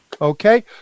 okay